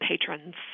patrons